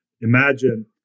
imagine